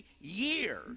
years